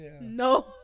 no